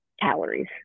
calories